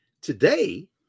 today